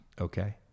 Okay